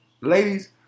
ladies